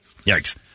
Yikes